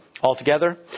Altogether